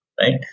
Right